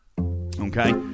okay